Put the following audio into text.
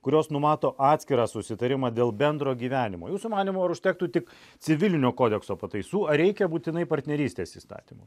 kurios numato atskirą susitarimą dėl bendro gyvenimo jūsų manymu ar užtektų tik civilinio kodekso pataisų ar reikia būtinai partnerystės įstatymo